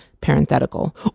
Parenthetical